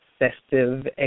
excessive